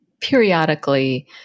periodically